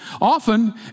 Often